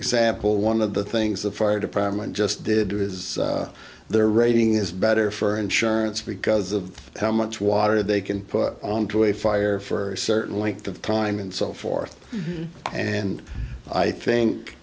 example one of the things the fire department just did was their rating is better for insurance because of how much water they can put on to a fire for certain length of time and so forth and i think